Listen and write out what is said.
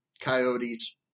coyotes